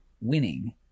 winning